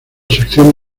sección